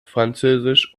französisch